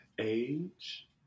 age